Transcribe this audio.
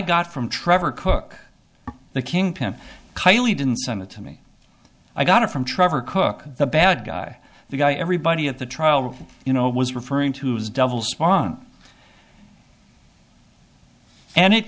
got from trevor cook the kingpin kylie didn't send it to me i got it from trevor cook the bad guy the guy everybody at the trial you know was referring to is devil spawn and it